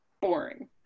boring